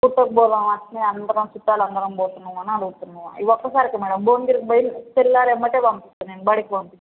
ట్రిప్పుకి పోదాం అట్నే అందరం చుట్టాలు అందరం పోతున్నాం అని అడుగుతున్నాం ఈ ఒకసారికి మ్యాడమ్ భువనగిరికి పోయి తెల్లారి ఎంబటే పంపిస్తాను నేను బడికి పంపిస్తాను